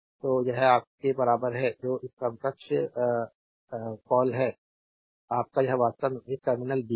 तो यह आपके बराबर है जो इस समकक्ष कॉल है आपका यह वास्तव में एक टर्मिनल बी है